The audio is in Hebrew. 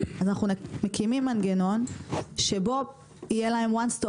אז אנחנו מקימים מנגנון שבו יהיה להם One stop